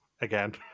Again